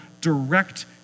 direct